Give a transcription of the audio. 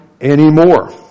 anymore